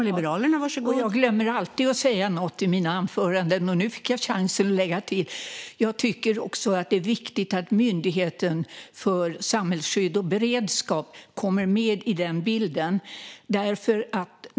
Fru talman! Jag glömmer alltid att säga någonting i mina anföranden, och nu fick jag chansen att lägga till att jag tycker att det är viktigt att Myndigheten för samhällsskydd och beredskap kommer med i den här bilden.